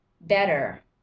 better